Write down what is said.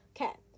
okay